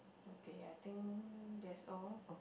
okay I think that's all